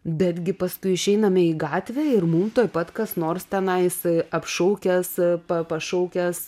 betgi paskui išeiname į gatvę ir mum tuoj pat kas nors tenais apšaukęs pa pašaukęs